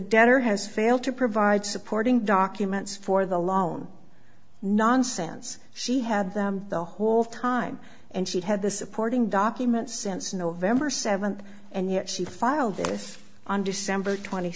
debtor has failed to provide supporting documents for the loan nonsense she had them the whole time and she had the supporting documents since november seventh and yet she filed this on december twenty